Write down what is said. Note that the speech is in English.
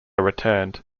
returned